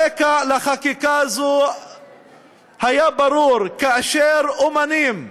הרקע לחקיקה הזאת היה ברור, כאשר אמנים,